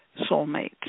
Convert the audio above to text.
soulmates